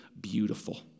beautiful